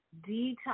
detox